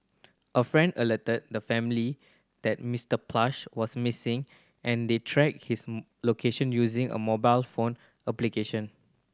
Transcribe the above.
a friend alerted the family that Mister Plush was missing and they tracked his location using a mobile phone application